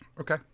Okay